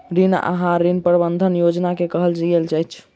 ऋण आहार, ऋण प्रबंधन योजना के कहल गेल अछि